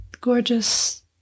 Gorgeous